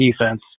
defense